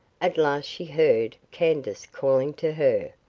at last she heard candace calling to her,